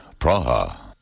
Praha